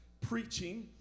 preaching